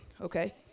okay